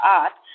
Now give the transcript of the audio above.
art